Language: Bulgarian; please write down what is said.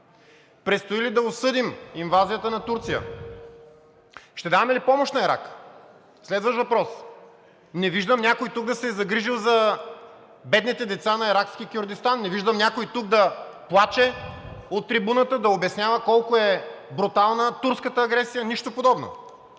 Предстои ли да осъдим инвазията на Турция? Ще даваме ли помощ на Ирак? Следващ въпрос: не виждам тук някой да се е загрижил за бедните деца на иракски Кюрдистан. Не виждам някой тук да плаче от трибуната, да обяснява колко е брутална турската агресия – нищо подобно!